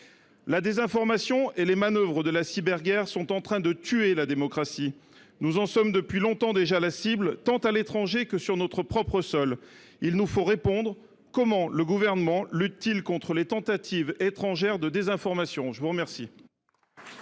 La désinformation et les manœuvres de la cyberguerre sont en train de tuer la démocratie. Nous en sommes depuis longtemps déjà la cible, tant à l’étranger que sur notre propre sol. Il nous faut répondre. Comment le Gouvernement lutte t il contre les tentatives étrangères de désinformation ? La parole